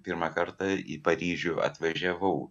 pirmą kartą į paryžių atvažiavau